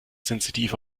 sensitiv